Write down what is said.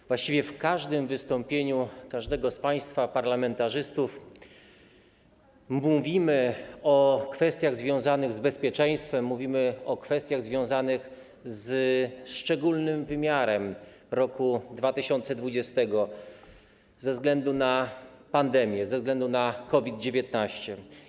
Właściwie w każdym wystąpieniu każdego z państwa parlamentarzystów mówimy o kwestiach związanych z bezpieczeństwem, mówimy o kwestiach związanych ze szczególnym wymiarem roku 2020 ze względu na pandemię, na COVID-19.